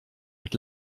mit